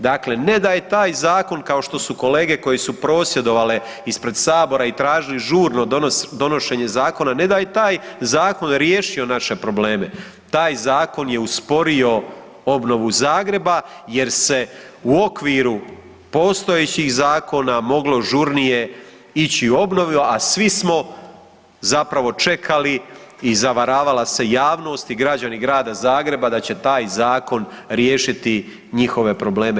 Dakle, ne da je taj zakon kao što su kolege koje su prosvjedovale ispred sabora i tražili žurno donošenje zakona, ne da je taj zakon riješio naše probleme, taj zakon je usporio obnovu Zagreba jer se u okviru postojećih zakona moglo žurnije ići u obnovu, a svi smo zapravo čekali i zavaravala se javnost i građani Grada Zagreba da će taj zakon riješiti njihove probleme.